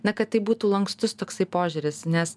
na kad tai būtų lankstus toksai požiūris nes